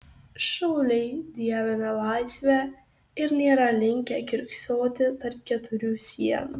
šauliai dievina laisvę ir nėra linkę kiurksoti tarp keturių sienų